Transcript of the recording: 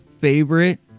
favorite